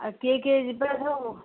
କିଏ କିଏ ଯିବା ସବୁ